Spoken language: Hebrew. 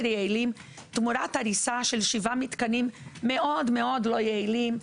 יעילים תמורת הריסה של שבעה מתקנים מאוד מאוד לא יעילים,